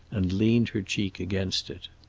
and leaned her cheek against it.